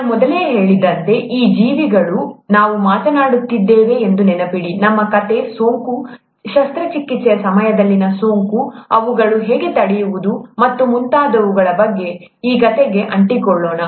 ನಾನು ಮೊದಲೇ ಹೇಳಿದಂತೆ ಈ ಜೀವಿಗಳು ನಾವು ಮಾತನಾಡುತ್ತಿದ್ದೇವೆ ಎಂದು ನೆನಪಿಡಿ ನಮ್ಮ ಕಥೆ ಸೋಂಕು ಶಸ್ತ್ರಚಿಕಿತ್ಸೆಯ ಸಮಯದಲ್ಲಿನ ಸೋಂಕು ಅವುಗಳನ್ನು ಹೇಗೆ ತಡೆಯುವುದು ಮತ್ತು ಮುಂತಾದವುಗಳ ಬಗ್ಗೆ ಆ ಕಥೆಗೆ ಅಂಟಿಕೊಳ್ಳೋಣ